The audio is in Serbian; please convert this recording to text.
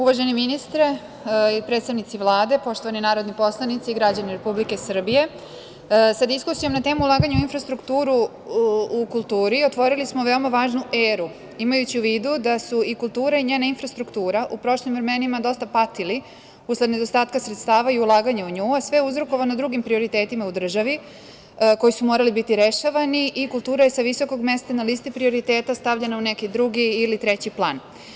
Uvaženi ministre, predstavnici Vlade, poštovani narodni poslanici, građani Republike Srbije, sa diskusijom na temu ulaganja u infrastrukturu u kulturi otvorili smo veoma važnu eru, imajući u vidu da su i kultura i njena infrastruktura u prošlim vremenima dosta patili usled nedostatka sredstava i ulaganja u nju, a sve je uzrokovano drugim prioritetima u državi koji su morali biti rešavani i kultura je sa visokog mesta na listi prioriteta stavljena u neki drugi ili treći plan.